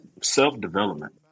self-development